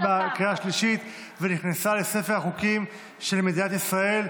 השלישית ונכנס לספר החוקים של מדינת ישראל.